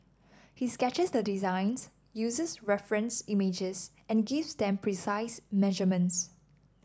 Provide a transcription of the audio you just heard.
he sketches the designs uses reference images and gives them precise measurements